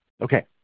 Okay